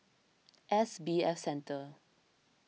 S B F Centre